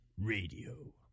Radio